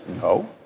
No